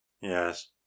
Yes